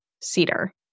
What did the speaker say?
cedar